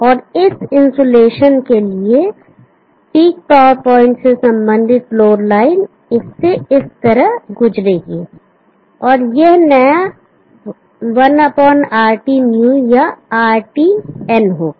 और इस इंसुलेशन के लिए पीक पॉवर पॉइंट से संबंधित लोड लाइन इससे इस तरह से गुजरेगी और यह 1RT new या RTnहोगा